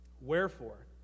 Wherefore